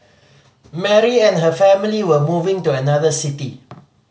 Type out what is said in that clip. Mary and her family were moving to another city